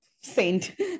saint